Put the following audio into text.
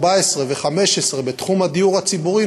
2014 ו-2015 בתחום הדיור הציבורי,